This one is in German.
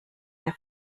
der